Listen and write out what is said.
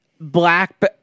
black